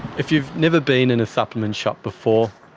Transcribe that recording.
if you've never been in a supplements shop before,